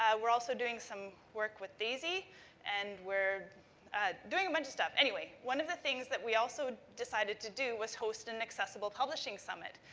ah we're also doing some work with daisy and we're doing a bunch of stuff. anyway, one of the things that we also decided to do was host an accessible publishing summit.